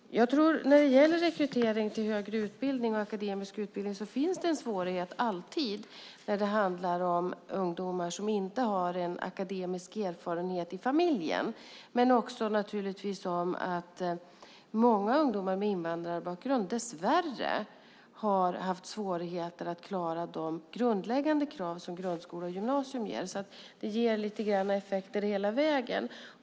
Vid rekrytering till högre utbildning och akademisk utbildning finns det alltid en svårighet när det handlar om ungdomar som inte har en akademisk erfarenhet i familjen. Men det handlar också om att många ungdomar med invandrarbakgrund dess värre har haft svårigheter att klara de grundläggande krav som ställs på grundskola och gymnasium. Det ger effekter hela vägen.